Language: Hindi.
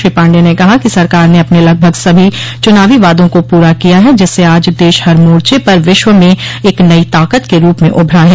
श्री पांडेय ने कहा कि सरकार ने अपने लगभग सभी चुनावो वादों को पूरा किया है जिससे आज देश हर मोर्चे पर विश्व में एक नई ताकत के रूप में उभरा है